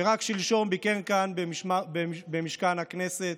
שרק שלשום ביקר כאן במשכן הכנסת.